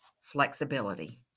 flexibility